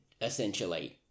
essentially